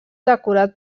decorat